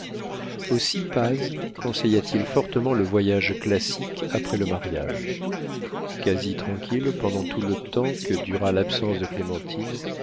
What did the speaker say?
aussi paz conseilla t il fortement le voyage classique après le mariage quasi tranquille pendant tout le temps que dura l'absence de clémentine